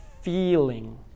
feeling